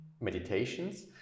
meditations